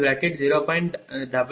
965794 40